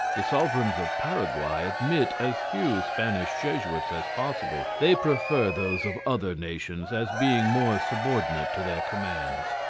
the sovereigns of paraguay admit as few spanish jesuits as possible they prefer those of other nations as being more subordinate to their commands.